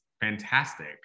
fantastic